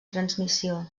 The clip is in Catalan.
transmissió